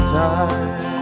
time